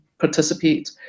participate